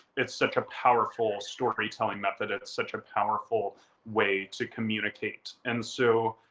it's such a powerful storytelling method. it's such a powerful way to communicate. and so